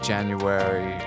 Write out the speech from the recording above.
January